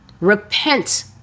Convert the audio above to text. Repent